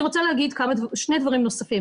אני רוצה להגיד שני דברים נוספים,